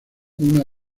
una